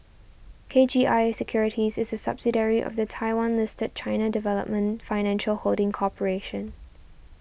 K G I Securities is a subsidiary of the Taiwan listed China Development Financial Holding Corporation